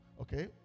Okay